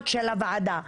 אנחנו לא משנים את הוועדה.